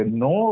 no